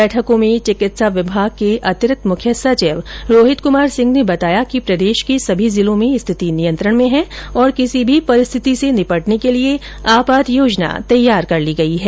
बैठक में चिकित्साा विभाग के अतिरिक्त मुख्य सचिव रोहित कुमार सिंह ने बताया कि प्रदेश के सभी जिलों में स्थिति नियंत्रण में है और किसी भी परिस्थिति से निपटने के लिए आपात योजना तैयार कर ली गई है